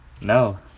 no